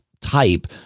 type